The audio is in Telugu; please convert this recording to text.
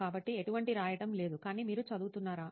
కాబట్టి ఎటువంటి రాయటం లేదు కానీ మీరు చదువుతున్నారా